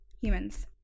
humans